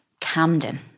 camden